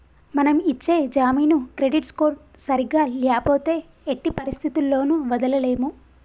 మనం ఇచ్చే జామీను క్రెడిట్ స్కోర్ సరిగ్గా ల్యాపోతే ఎట్టి పరిస్థతుల్లోను వదలలేము